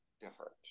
different